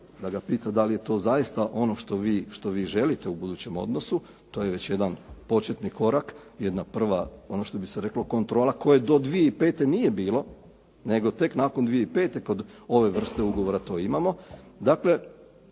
da ga pita da li je to zaista ono što vi želite u budućem odnosu. To je već jedan početni korak, jedna prva, ono što bi se reklo kontrola, koje do 2005. nije bilo, nego tek nakon 2005. kod ove vrste ugovora to imamo.